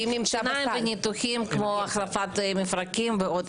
שיניים וניתוחים כמו החלפת מפרקים ועוד,